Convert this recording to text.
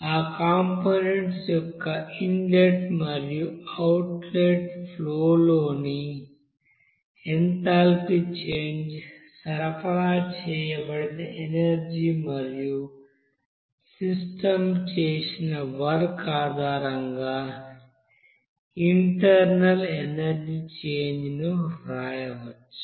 ఆ కంపోనెంట్స్ యొక్క ఇన్లెట్ మరియు అవుట్లెట్ ఫ్లో లోని ఎంథాల్పీ చేంజ్ సరఫరా చేయబడిన ఎనర్జీ మరియు సిస్టం చేసిన వర్క్ ఆధారంగా ఇంటర్నల్ ఎనర్జీ చేంజ్ను వ్రాయవచ్చు